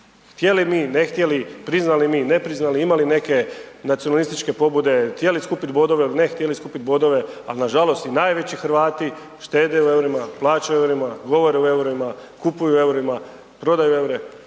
htjeli mi, ne htjeli, priznali mi, ne priznali, imali neke nacionalističke pobude, htjeli skupit bodove ili ne htjeli skupit bodove, al nažalost i najveći Hrvati štede u EUR-ima, plaćaju u EUR-ima, govore o EUR-ima, kupuju u EUR-ima, prodaju EUR-e,